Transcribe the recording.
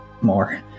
more